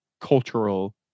cultural